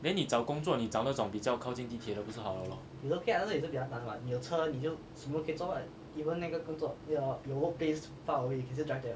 then 你找工作你找那种比较靠近地铁的不是好了 lor